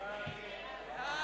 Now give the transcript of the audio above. הצעת